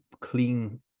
clean